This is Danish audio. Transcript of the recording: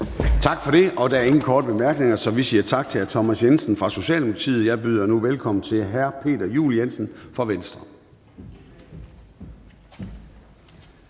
Gade): Der er ingen korte bemærkninger, så vi siger tak til hr. Thomas Jensen fra Socialdemokratiet. Jeg byder nu velkommen til hr. Peter Juel-Jensen fra Venstre.